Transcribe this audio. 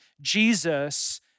Jesus